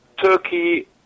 Turkey